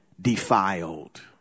defiled